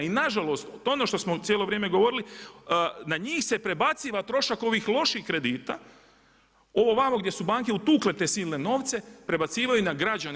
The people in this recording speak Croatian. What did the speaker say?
I nažalost, to je ono što smo cijelo vrijeme govorili, na njih se prebaciva trošak ovih loših kredita, ovo vamo gdje su banke utukle te silne novce, prebacivanju na građane.